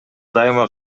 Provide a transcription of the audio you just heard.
дайыма